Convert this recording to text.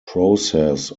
process